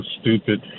stupid